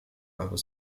aber